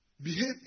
behave